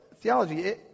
theology